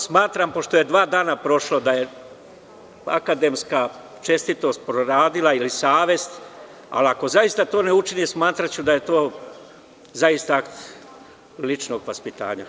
Smatram pošto je dva dana prošlo, da je akademska čestitost proradila ili savest, ali ako zaista to ne učini, smatraću da je to zaista akt ličnog vaspitanja.